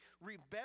rebel